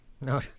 No